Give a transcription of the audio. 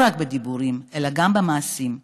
לא רק בדיבורים אלא גם במעשים,